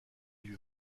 lui